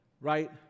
right